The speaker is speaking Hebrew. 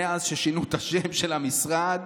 מאז ששינו את השם של המשרד,